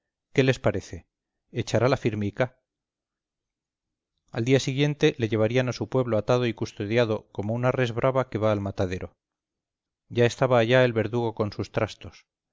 qué les parece echará la firmica al día siguiente le llevarían a su pueblo atado y custodiado como una res brava que va al matadero ya estaba allá el verdugo con sus trastos